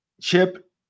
Chip